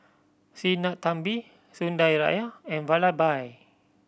Sinnathamby Sundaraiah and Vallabhbhai